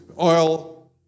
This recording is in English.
Oil